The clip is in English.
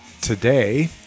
today